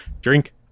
Drink